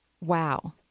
Wow